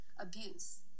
abuse